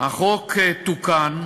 החוק תוקן,